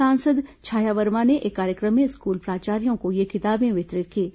सांसद छाया वर्मा ने एक कार्यक्रम में स्कूल प्राचार्यों को ये किताबें वितरित कीं